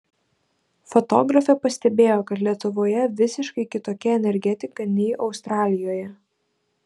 fotografė pastebėjo kad lietuvoje visiškai kitokia energetika nei australijoje